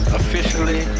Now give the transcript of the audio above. officially